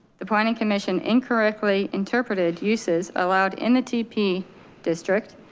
the planning commission incorrectly interpreted uses allowed in the teepee district.